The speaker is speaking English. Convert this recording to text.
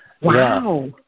Wow